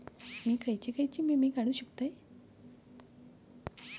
मी खयचे खयचे विमे काढू शकतय?